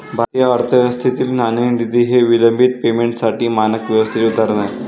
भारतीय अर्थव्यवस्थेतील नाणेनिधी हे विलंबित पेमेंटसाठी मानक व्यवस्थेचे उदाहरण आहे